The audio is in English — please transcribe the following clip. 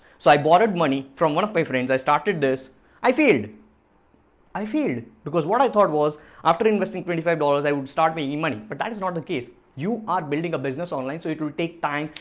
so i borrowed money from one of my friends. i started this i failed i feel because what i thought was after investing twenty five dollars, i would start me any money, but that is not the case you are building a business online. so it will take time.